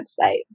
website